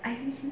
I mean